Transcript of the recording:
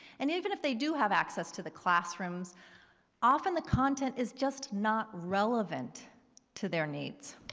and even if they do have access to the classrooms often the content is just not relevant to their needs.